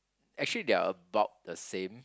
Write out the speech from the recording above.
actually they are about the same